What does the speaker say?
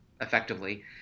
effectively